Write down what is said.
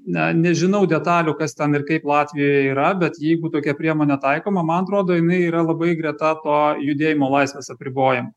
na nežinau detalių kas ten ir kaip latvijoje yra bet jeigu tokia priemonė taikoma man atrodo jinai yra labai greta to judėjimo laisvės apribojim